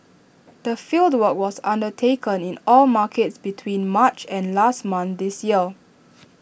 the fieldwork was undertaken in all markets between March and last month this year